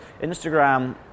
Instagram